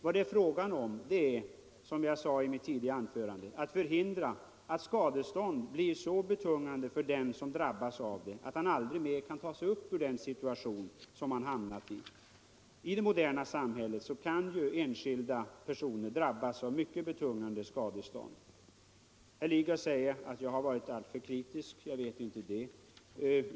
Som jag sade i mitt tidigare anförande är det fråga om att förhindra att skadeståndet blir så betungande att den som drabbas av det aldrig mer kan ta sig ur den situation som han har hamnat i på grund av ett tungt skadestånd. I det moderna samhället kan enskilda personer nämligen drabbas av mycket betungande skadestånd. Herr Lidgard påstår att jag har varit alltför kritisk. Jag vet inte det.